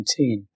2019